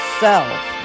self